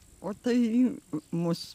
o tai mus